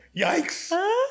yikes